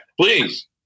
please